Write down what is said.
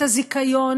את הזיכיון